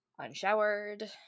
unshowered